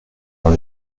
dans